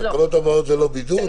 לאפשר לקבוצות ייעודיות של